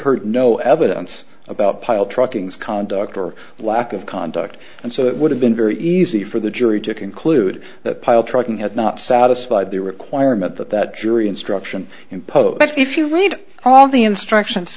heard no evidence about pyle trucking conduct or lack of conduct and so it would have been very easy for the jury to conclude that pile trucking had not satisfied the requirement that that jury instruction impose if you read all the instructions